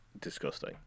Disgusting